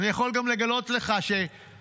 אני גם יכול לגלות לך שכלתי,